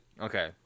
Okay